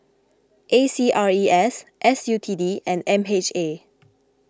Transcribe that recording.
A C R E S S U T D and M H A